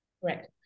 Correct